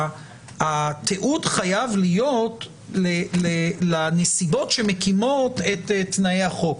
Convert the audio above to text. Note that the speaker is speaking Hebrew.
התיעוד חייב להיות לנסיבות שמקימות את תנאי החוק.